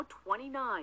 29